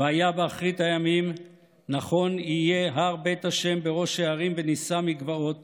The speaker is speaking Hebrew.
"והיה באחרית הימים נכון יהיה הר בית השם בראש ההרים ונשא מגבעות